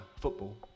football